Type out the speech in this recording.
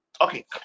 Okay